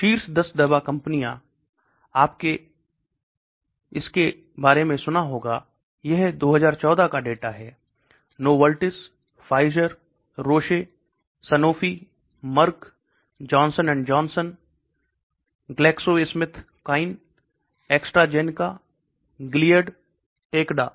शीर्ष 10 दवा कंपनियों आपने इसके बारे में सुना होगा यह 2014 का डेटा है Novartis Pfizer Roche Sanofi Merck Johnson and Johnson GlaxoSmithKline AstraZeneca Gilead Takeda